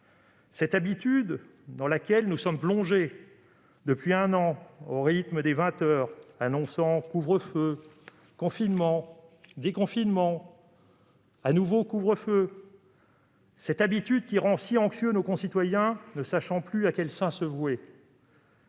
cette habitude dans laquelle nous sommes plongés depuis un an au rythme des annonçant couvre-feu, confinement, déconfinement, nouveau couvre-feu, ... Qu'auriez-vous fait ?... cette habitude qui rend si anxieux nos concitoyens ne sachant plus à quel saint se vouer.